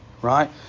right